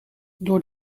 door